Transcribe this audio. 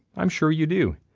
i am sure you do.